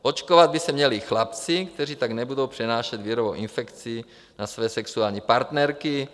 Očkovat by se měli i chlapci, kteří tak nebudou přenášet virovou infekci na své sexuální partnerky.